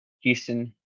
Houston